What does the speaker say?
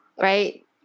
right